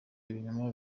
ibinyoma